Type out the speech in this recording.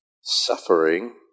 suffering